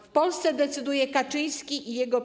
W Polsce decyduje Kaczyński i jego PiS.